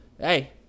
hey